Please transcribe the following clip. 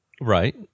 Right